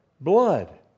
blood